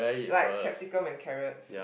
like capsicum and carrots